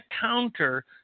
counter